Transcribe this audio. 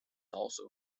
also